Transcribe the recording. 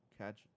catch